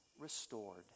restored